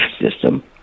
system